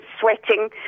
sweating